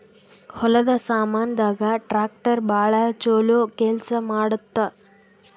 ಹೊಲದ ಸಾಮಾನ್ ದಾಗ ಟ್ರಾಕ್ಟರ್ ಬಾಳ ಚೊಲೊ ಕೇಲ್ಸ ಮಾಡುತ್ತ